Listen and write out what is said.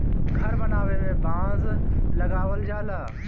घर बनावे में बांस लगावल जाला